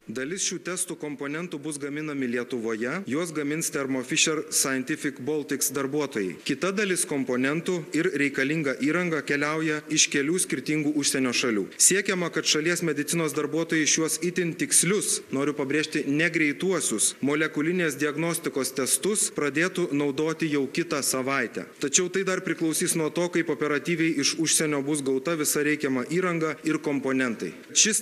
dalis šių testų komponentų bus gaminami lietuvoje juos gamins thermo fisher scientific baltics darbuotojai kita dalis komponentų ir reikalinga įranga keliauja iš kelių skirtingų užsienio šalių siekiama kad šalies medicinos darbuotojai šiuos itin tikslius noriu pabrėžti ne greituosius molekulinės diagnostikos testus pradėtų naudoti jau kitą savaitę tačiau tai dar priklausys nuo to kaip operatyviai iš užsienio bus gauta visa reikiama įranga ir komponentai šis